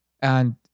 And-